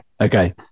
Okay